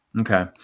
okay